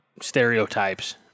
stereotypes